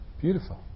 Beautiful